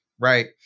Right